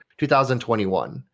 2021